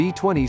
B20